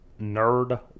nerd